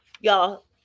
Y'all